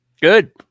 Good